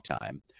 time